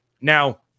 Now